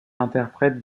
interprète